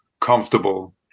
comfortable